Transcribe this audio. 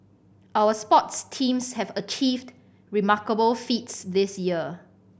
our sports teams have achieved remarkable feats this year